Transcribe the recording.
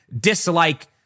dislike